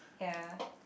ya